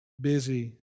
Busy